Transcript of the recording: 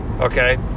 Okay